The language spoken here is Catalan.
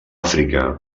àfrica